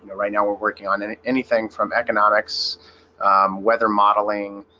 and right now we're working on and anything from economics weather modeling